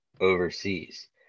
overseas